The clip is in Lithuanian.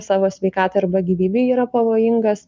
savo sveikatai arba gyvybei yra pavojingas